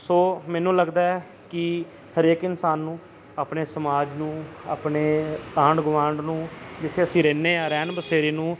ਸੋ ਮੈਨੂੰ ਲੱਗਦਾ ਕਿ ਹਰੇਕ ਇਨਸਾਨ ਨੂੰ ਆਪਣੇ ਸਮਾਜ ਨੂੰ ਆਪਣੇ ਆਂਢ ਗੁਆਂਢ ਨੂੰ ਜਿੱਥੇ ਅਸੀਂ ਰਹਿੰਦੇ ਹਾਂ ਰੈਣ ਬਸੇਰੇ ਨੂੰ